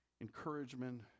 encouragement